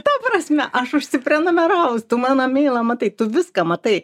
ta prasme aš užsiprenumeravus tu mano meilą matai tu viską matai